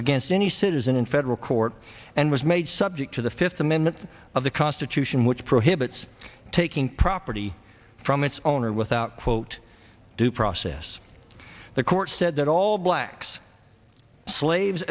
against any citizen in federal court and was made subject to the fifth amendment of the constitution which prohibits taking property from its owner without quote due process the court said that all blacks slaves